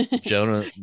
jonah